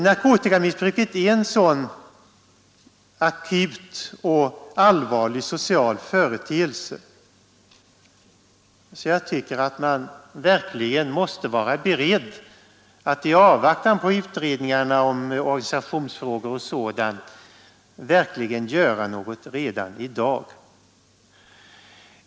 Narkotikamissbruket är en sådan akut och allvarlig social företeelse att man verkligen måste vara beredd att i avvaktan på utredningarna om organisationsfrågor och sådant göra något redan i dag.